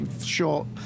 short